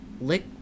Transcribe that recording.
lick